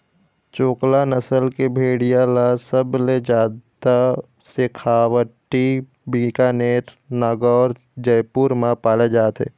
चोकला नसल के भेड़िया ल सबले जादा सेखावाटी, बीकानेर, नागौर, जयपुर म पाले जाथे